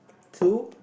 two